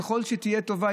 ככל שהיא תהיה טובה,